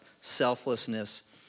selflessness